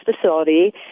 facility